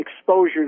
exposure